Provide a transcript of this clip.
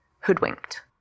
hoodwinked